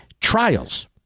trials